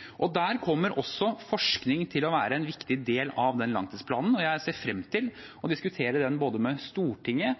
kommer til å være en viktig del også av den planen, og jeg ser frem til å diskutere både med Stortinget